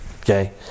okay